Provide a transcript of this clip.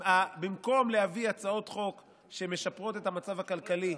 במקום להביא הצעות חוק שמשפרות את המצב הכלכלי,